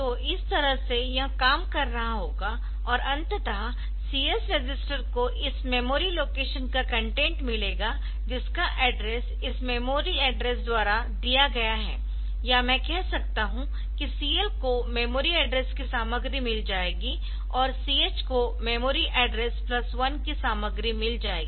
तो इस तरह से यह काम कर रहा होगा और अंततः CS रजिस्टर को इस मेमोरी लोकेशन का कंटेंट मिलेगा जिसका एड्रेस इस मेमोरी एड्रेस द्वारा दिया गया है या मैं कह सकता हूं कि CL को मेमोरी एड्रेस की सामग्री मिल जाएगी और CH को मेमोरी एड्रेस प्लस 1 की सामग्री मिल जाएगी